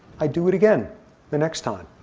i do it again the next time.